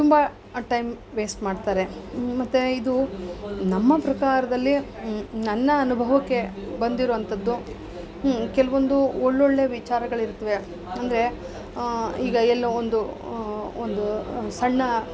ತುಂಬ time waste ಮಾಡ್ತಾರೆ ಮತ್ತೆ ಇದು ನಮ್ಮ ಪ್ರಕಾರದಲ್ಲಿ ನನ್ನ ಅನುಭವಕ್ಕೆ ಬಂದಿರುವಂಥದ್ದು ಹ್ಞೂ ಕೆಲವೊಂದು ಒಳ್ಳೊಳ್ಳೆ ವಿಚಾರಗಳು ಇರುತ್ವೆ ಅಂದರೆ ಈಗ ಎಲ್ಲೋ ಒಂದು ಒಂದು ಸಣ್ಣ